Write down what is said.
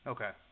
Okay